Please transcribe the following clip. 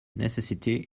necessity